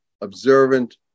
observant